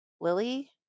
lily